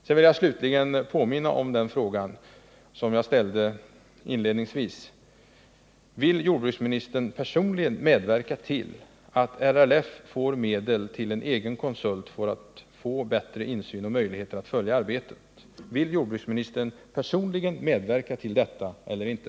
Slutligen vill jag påminna om den fråga jag ställde inledningsvis: Vill jordbruksministern personligen medverka till att LRF får medel till en egen konsult för att få bättre insyn och möjligheter att följa arbetet? Vill jordbruksministern personligen medverka till detta eller inte?